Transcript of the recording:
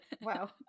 Wow